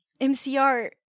MCR